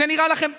זה נראה לכם תקין?